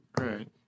Right